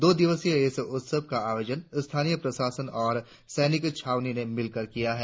दो दिवसीय के इस उत्सव का आयोजन स्थानीय प्रशासन और सैनिक छावनी ने मिलकर किया है